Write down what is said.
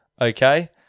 Okay